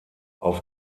auf